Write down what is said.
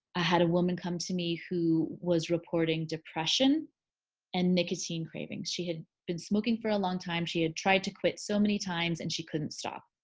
ah had a woman come to me who was reporting depression and nicotine craving. she had been smoking for a long time. she had tried to quit so many times and she couldn't stop.